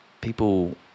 people